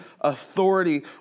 Authority